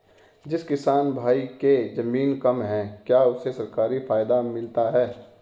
जिस किसान भाई के ज़मीन कम है क्या उसे सरकारी फायदा मिलता है?